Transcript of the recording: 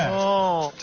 oh,